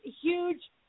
huge